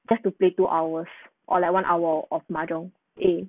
just to play two hours or like one hour of mahjong eh